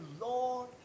Lord